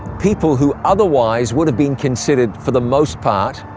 people who otherwise would have been considered, for the most part,